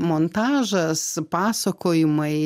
montažas pasakojimai